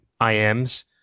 ims